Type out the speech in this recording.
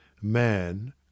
Man